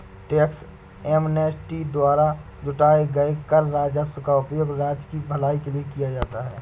tax amnesty द्वारा जुटाए गए कर राजस्व का उपयोग राज्य की भलाई के लिए किया जाता है